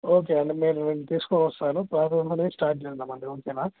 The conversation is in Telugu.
ఓకే అండి మేము దీన్ని తీసుకొని వస్తాను ప్రాసెస్ అనేది స్టార్ట్ చేద్దామండి ఓకేనా